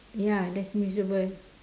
ya les-miserables